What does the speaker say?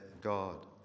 God